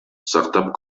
сактап